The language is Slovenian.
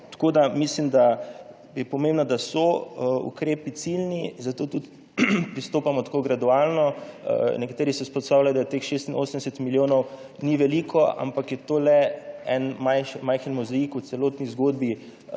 Mislim, da je pomembno, da so ukrepi ciljni, zato tudi pristopamo tako gradualno. Nekateri izpostavljajo, da teh 86 milijonov ni veliko, ampak je to le en majhen delček mozaika v celotni zgodbi